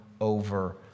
over